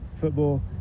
football